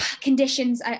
conditions